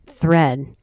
thread